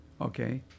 Okay